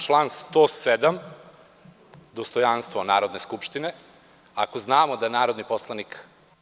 Član 107. dostojanstvo Narodne skupštine ako znamo da narodni poslanik…